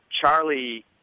Charlie